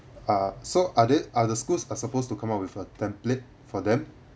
uh so are they are the schools uh supposed to come up with a template for them